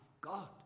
God